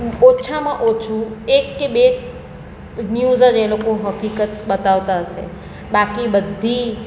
ઓછામાં ઓછું એક કે બે ન્યૂઝ જ એ લોકો હકીકત બતાવતા હશે બાકી બધી